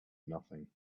nothing